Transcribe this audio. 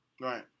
Right